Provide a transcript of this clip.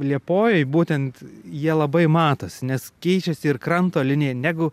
liepojoj būtent jie labai matosi nes keičiasi ir kranto linija negu